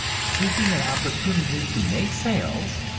seeking an opportunity to make sales,